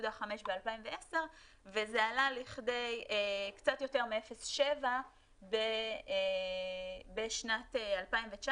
0.5 ב-2010 וזה עלה לכדי קצת יותר מ-0.7 בשנת 2019,